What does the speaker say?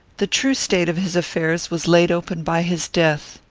the true state of his affairs was laid open by his death.